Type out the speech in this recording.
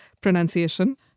pronunciation